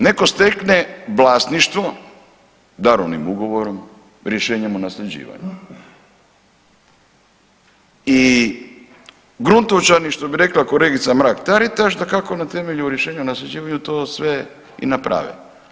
Naime, neko stekne vlasništvo darovnim ugovorom, rješenjem o nasljeđivanju i gruntovčani, što bi rekla kolegica Mrak-Taritaš, da kako na temelju rješenja o nasljeđivanju to sve i naprave.